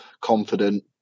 confident